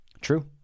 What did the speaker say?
True